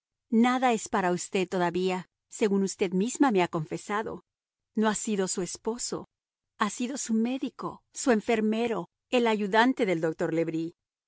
nada es para usted todavía según usted mismo me ha confesado no ha sido su esposo ha sido su médico su enfermero el ayudante del doctor le